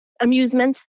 amusement